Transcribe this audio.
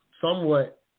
somewhat